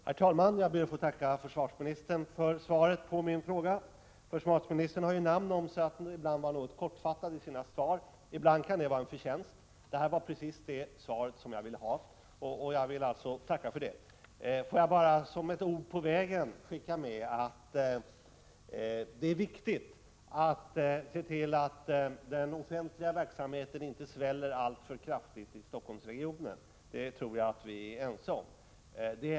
Herr talman! Jag ber att få tacka försvarsministern för svaret på min fråga. Försvarsministern har namn om sig att vissa gånger vara något kortfattad i sina svar. Ibland kan det vara en förtjänst. Det här var precis det svar jag ville ha och jag vill alltså tacka för det. Får jag bara skicka med som ett ord på vägen att det är viktigt att se till att den offentliga verksamheten inte sväller alltför kraftigt i Stockholmsregionen. Det tror jag att vi är ense om.